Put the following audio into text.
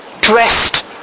dressed